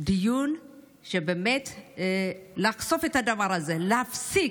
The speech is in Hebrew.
כדי לחשוף את הדבר הזה, להפסיק.